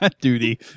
Duty